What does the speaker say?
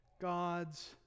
God's